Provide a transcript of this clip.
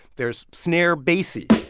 there's snare bassy,